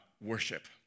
worship